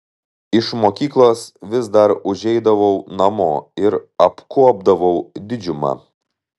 iš mokyklos vis dar užeidavau namo ir apkuopdavau didžiumą